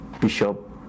bishop